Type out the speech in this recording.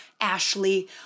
Ashley